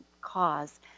cause